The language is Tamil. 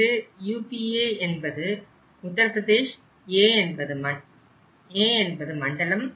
இன்று UPA 01 என்பதில் UP என்பது உத்தர் பிரதேஷ் A என்பது மண்டலம்